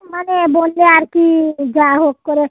মানে বলছে আর কী যা হোক করে